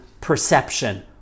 perception